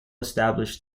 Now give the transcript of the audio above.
established